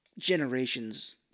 generations